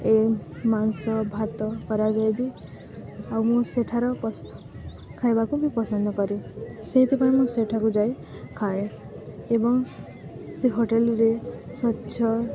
ଏ ମାଂସ ଭାତ କରାଯାଇଥାଏ ବିି ଆଉ ମୁଁ ସେଠାର ଖାଇବାକୁ ବି ପସନ୍ଦ କରେ ସେଇଥିପାଇଁ ମୁଁ ସେଠାକୁ ଯାଇ ଖାଏ ଏବଂ ସେ ହୋଟେଲରେ ସ୍ୱଚ୍ଛ